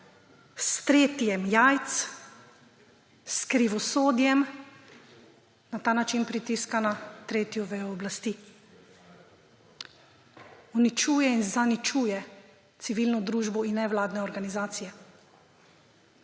s tretjem jajc, s krivosodjem – na ta način pritiska na tretjo vejo oblasti. Uničuje in zaničuje civilno družbo in nevladne organizacije.